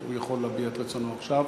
הוא יכול להביע את רצונו עכשיו.